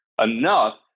enough